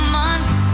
months